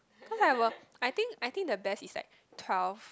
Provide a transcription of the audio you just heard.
cause I was I think I think the best is like twelve